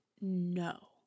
No